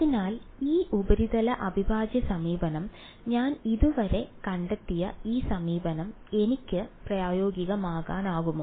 അതിനാൽ ഈ ഉപരിതല അവിഭാജ്യ സമീപനം ഞാൻ ഇതുവരെ കണ്ടെത്തിയ ഈ സമീപനം എനിക്ക് പ്രയോഗിക്കാനാകുമോ